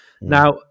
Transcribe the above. now